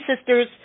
sisters